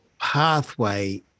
pathway